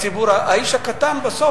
הציבור, האיש הקטן בסוף.